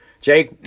Jake